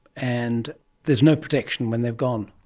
and there is no protection when they've gone.